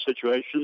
situations